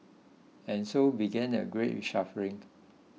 and so began a great reshuffling